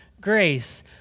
grace